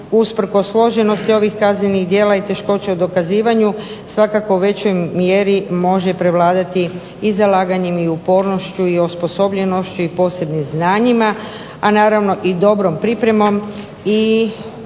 usprkos složenosti ovih kaznenih djela i teškoća u dokazivanju svakako u većoj mjeri može prevladati i zalaganjem i upornošću i osposobljenošću i posebnim znanjima, a naravno i dobrom pripremom i